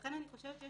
לכן, לדעתי, יש